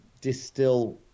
distill